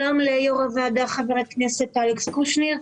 שלום ליושב ראש הוועדה חבר הכנסת אלכס קושניר,